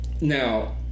Now